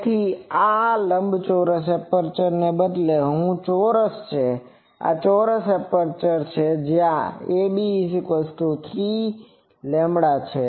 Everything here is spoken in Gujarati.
તેથી આ એક લંબચોરસ એપ્રેચર ને બદલે એક ચોરસ છે આ એક ચોરસ એપ્રેચર છે જ્યાં ab3λ છે